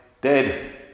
dead